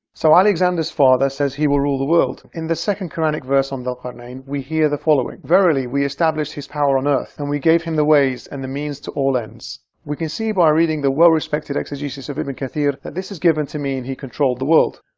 so alexander's father says he will rule the world. in the second quranic verse on dhul qurnayn we hear the following verily we established his power on earth, and we gave him the ways and the means to all ends we can see by reading the well-respected exegesis of ibn kathir that this is given to mean he controlled the world.